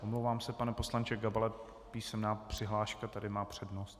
Omlouvám se, pane poslanče Gabale, písemná přihláška tady má přednost.